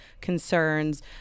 concerns